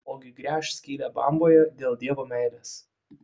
ogi gręš skylę bamboje dėl dievo meilės